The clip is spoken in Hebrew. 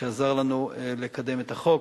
שעזר לנו לקדם את החוק.